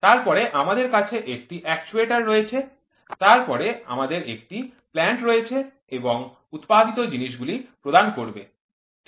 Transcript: তারপরে আমাদের কাছে একটি একচুয়াটর রয়েছে তারপরে আমাদের একটি প্ল্যান্ট রয়েছে এবং এটি উৎপাদিত জিনিসগুলি প্রদান করবে ঠিক